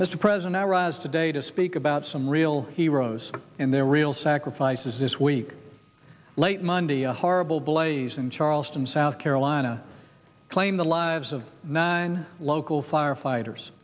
mr president i rise today to speak about some real heroes and their real sacrifices this week late monday a horrible blaze in charleston south carolina claimed the lives of nine local firefighters